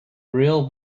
real